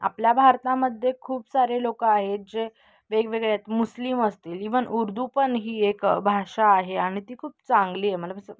आपल्या भारतामध्ये खूप सारे लोक आहेत जे वेगवेगळे आहेत मुस्लिम असतील इव्हन उर्दू पण ही एक भाषा आहे आणि ती खूप चांगली आहे मला कसं